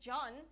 John